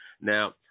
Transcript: Now